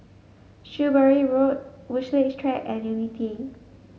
Shrewsbury Road Woodleigh Track and Unity